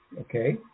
Okay